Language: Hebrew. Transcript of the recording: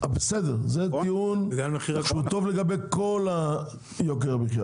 זה טיעון שהוא טוב לגבי כל יוקר המחייה,